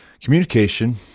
Communication